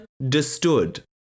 Understood